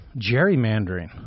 gerrymandering